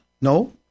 No